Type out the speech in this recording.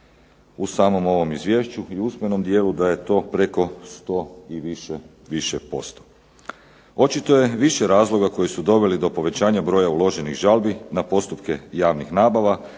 u samom ovom izvješću i usmenom dijelu da je to preko 100 i više posto. Očito je više razloga koji su doveli do povećanja broja uloženih žalbi na postupke javnih nabava,